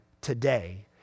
today